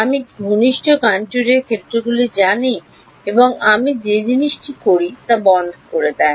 আমি কী ঘনিষ্ঠ কনট্যুরের ক্ষেত্রগুলি জানি এবং আমি যে জিনিসটি করি তা বন্ধ করে দেয়